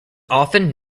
often